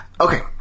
Okay